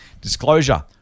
Disclosure